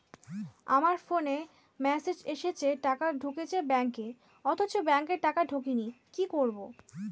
আমার ফোনে মেসেজ এসেছে টাকা ঢুকেছে ব্যাঙ্কে অথচ ব্যাংকে টাকা ঢোকেনি কি করবো?